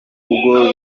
ubwo